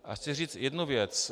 A chci říct jednu věc.